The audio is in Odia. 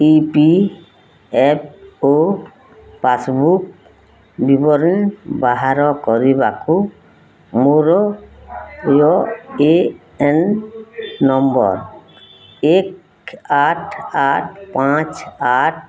ଇ ପି ଏଫ୍ ଓ ପାସ୍ବୁକ୍ ବିବରଣୀ ବାହାର କରିବାକୁ ମୋର ୟୁ ଏ ଏନ୍ ନମ୍ବର୍ ଏକ ଆଠ ଆଠ ପାଞ୍ଚ ଆଠ